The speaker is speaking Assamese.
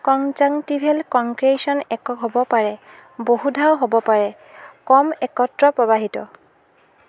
কনজাংটিভেল কনক্ৰেচন একক হ'ব পাৰে বহুধাও হ'ব পাৰে কম একত্ৰ প্ৰৱাহিত